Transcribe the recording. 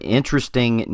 interesting